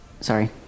sorry